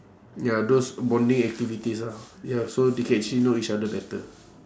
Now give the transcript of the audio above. ya those bonding activities ah ya so they can actually know each other better